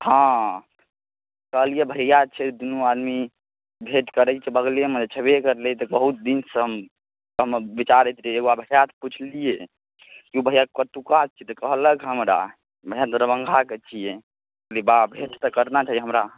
हँ कहलिए भइआ छै दुनू आदमी भेँट करै बगलेमे छेबे करलै तऽ बहुत दिनसँ हम हमर विचार होइत रहै जे एक बार भइआसँ पूछलिए कि भइआ कतौका छिए तऽ कहलक हमरा भइआ दरभङ्गाके छिए कहली बाप भेँट तऽ करना चाही हमरा